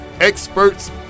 experts